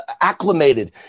acclimated